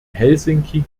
helsinki